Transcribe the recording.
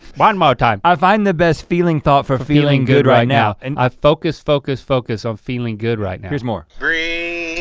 one more time. i find the best feeling thought for feeling good right now. and i focus focus focus on feeling good right now. here's more. breathe,